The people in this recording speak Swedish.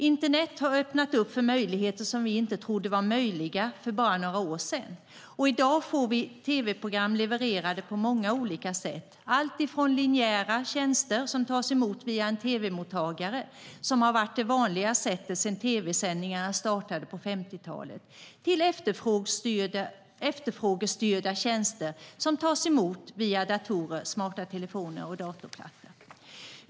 Internet har öppnat upp för möjligheter som vi inte trodde var möjliga för bara några år sedan, och i dag får vi tv-program levererade på många olika sätt, alltifrån linjära tjänster som tas emot via en tv-mottagare, vilket har varit det vanliga sättet sedan tv-sändningarna startade på 50-talet, till efterfrågestyrda tjänster som tas emot via datorer, smarta telefoner och datorplattor.